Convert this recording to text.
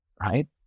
right